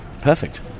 perfect